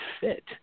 fit